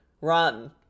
Run